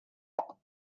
now